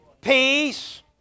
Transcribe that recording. peace